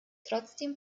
trotzdem